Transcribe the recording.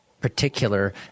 particular